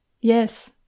yes